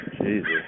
Jesus